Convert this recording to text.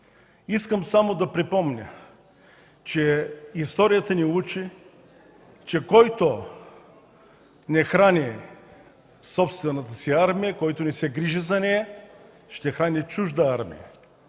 Искам само да припомня следното. Историята ни учи, че който не храни собствената си армия, който не се грижи за нея, ще храни чужда армия.